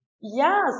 Yes